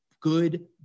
Good